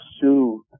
soothe